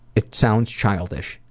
it sounds childish,